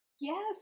Yes